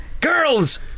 Girls